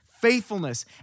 faithfulness